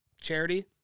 charity